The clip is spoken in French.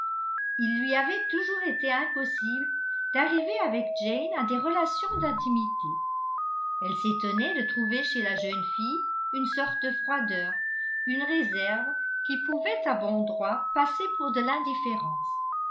il lui avait toujours été impossible d'arriver avec jane à des relations d'intimité elle s'étonnait de trouver chez la jeune fille une sorte de froideur une réserve qui pouvait à bon droit passer pour de l'indifférence